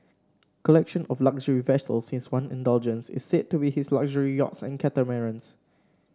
collection of luxury vessels his one indulgence is said to be his luxury yachts and catamarans